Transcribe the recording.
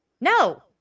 No